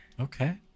Okay